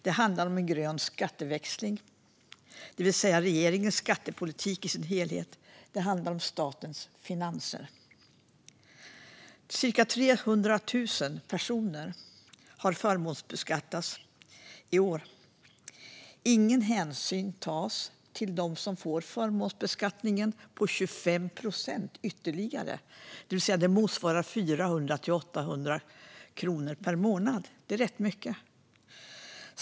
Det handlar om en grön skatteväxling, det vill säga regeringens skattepolitik i sin helhet, och det handlar om statens finanser. Cirka 300 000 personer förmånsbeskattas i år. Ingen hänsyn tas till dem som får en höjning av förmånsbeskattningen med 25 procent ytterligare. Det motsvarar 400-800 kronor per månad. Det är rätt mycket.